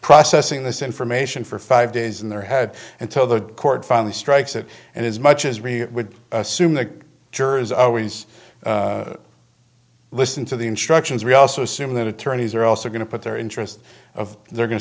processing this information for five days in their head until the court finally strikes it and as much as we would assume the jurors always listen to the instructions we also assume that attorneys are also going to put their interests of they're go